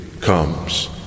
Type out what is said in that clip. comes